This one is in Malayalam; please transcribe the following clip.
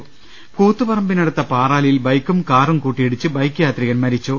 ് കൂത്തുപറമ്പിനടുത്ത പാറാലിൽ ബൈക്കും കാറും കൂട്ടിയിടിച്ച് ബൈക്ക് യാത്രികൻ മരിച്ചു